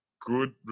good